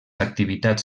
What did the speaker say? activitats